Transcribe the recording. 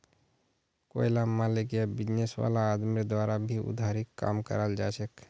कोईला मालिक या बिजनेस वाला आदमीर द्वारा भी उधारीर काम कराल जाछेक